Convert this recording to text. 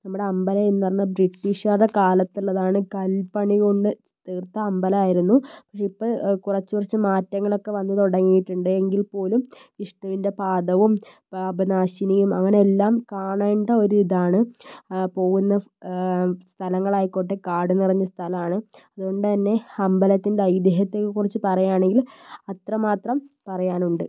നമ്മുടെ അമ്പലം എന്ന് പറഞ്ഞാൽ ബ്രിട്ടീഷുകാരുടെ കാലത്ത് ഉള്ളതാണ് കല്പണികൊണ്ട് തീര്ത്ത അമ്പലമായിരുന്നു പക്ഷേ ഇപ്പോൾ കുറച്ച് കുറച്ച് മാറ്റങ്ങള് ഒക്കെ വന്നു തുടങ്ങിയിട്ടുണ്ട് എങ്കില് പോലും വിഷ്ണുവിന്റെ പാദവും പാപനാശിനിയും അങ്ങനെ എല്ലാം കാണേണ്ട ഒരു ഇതാണ് പോകുന്ന സ്ഥലങ്ങള് ആയിക്കോട്ടെ കാടുനിറഞ്ഞ സ്ഥലമാണ് അതുകൊണ്ടുതന്നെ അമ്പലത്തിന്റെ ഐതിഹ്യത്തെക്കുറിച്ച് പറയുകയാണെങ്കിൽ അത്രമാത്രം പറയാന് ഉണ്ട്